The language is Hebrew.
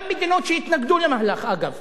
גם מדינות שהתנגדו למהלך, אגב.